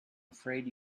afraid